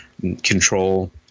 control